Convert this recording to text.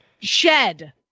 shed